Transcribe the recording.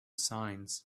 signs